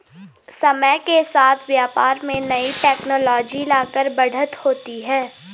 समय के साथ व्यापार में नई टेक्नोलॉजी लाकर बढ़त होती है